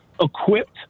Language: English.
equipped